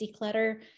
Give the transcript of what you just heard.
declutter